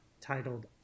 titled